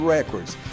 Records